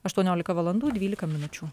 aštuoniolika valandų dvylika minučių